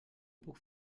puc